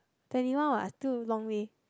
twenty one what still long way